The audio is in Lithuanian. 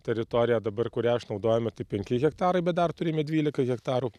teritoriją dabar kurią išnaudojame tik penki hektarai bet dar turime dvylika hektarų